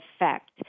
effect